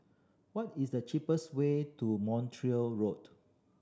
what is the cheapest way to Montreal Road